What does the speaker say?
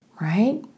right